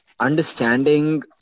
understanding